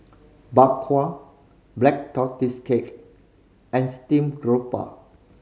Bak Kwa Black Tortoise Cake and steamed grouper